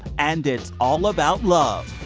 and it's all about love.